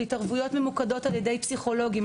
התערבויות ממוקדות על ידי פסיכולוגים,